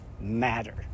matter